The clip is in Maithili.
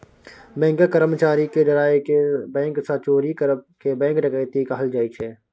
बैंकक कर्मचारी केँ डराए केँ बैंक सँ चोरी करब केँ बैंक डकैती कहल जाइ छै